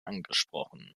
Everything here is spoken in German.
angesprochen